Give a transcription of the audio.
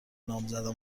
نامزدم